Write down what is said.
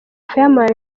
fireman